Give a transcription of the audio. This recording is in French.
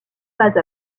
pas